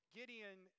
Gideon